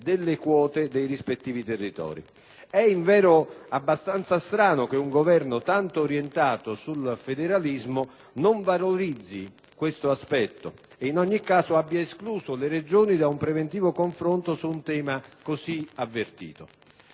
È invero abbastanza strano che un Governo tanto orientato sul federalismo non valorizzi tale aspetto, e in ogni caso abbia escluso le Regioni da un preventivo confronto su un tema così avvertito.